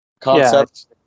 concept